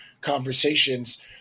conversations